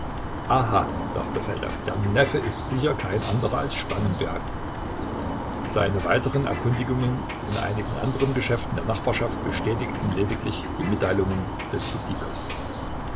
aha dachte feldau der neffe ist sicher kein anderer als spangenberg seine weiteren erkundigungen in einigen anderen geschäften der nachbarschaft bestätigten lediglich die mitteilungen des